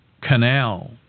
canal